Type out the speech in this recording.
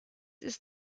ist